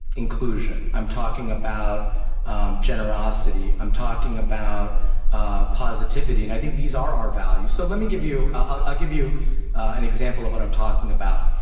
inclusion i'm talking about um generosity. i'm talking about ah positivity and i think these are our values. so let me give you ah i'll give you an example of what i'm talking about.